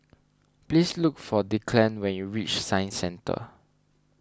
please look for Declan when you reach Science Centre